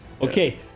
Okay